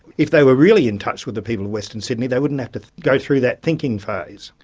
if they were really in touch with the people of western sydney they wouldn't have to go through that thinking phase.